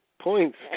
points